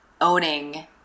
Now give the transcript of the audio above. owning